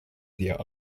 their